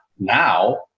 now